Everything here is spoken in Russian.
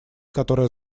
которая